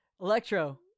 Electro